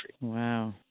Wow